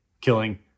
Killing